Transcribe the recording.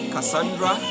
Cassandra